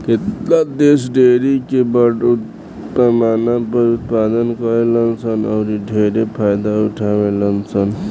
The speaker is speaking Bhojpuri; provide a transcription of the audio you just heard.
केतना देश डेयरी के बड़ पैमाना पर उत्पादन करेलन सन औरि ढेरे फायदा उठावेलन सन